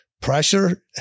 Pressure